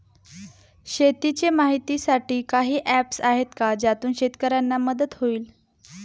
शेतीचे माहितीसाठी काही ऍप्स आहेत का ज्यातून शेतकऱ्यांना मदत होईल?